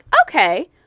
okay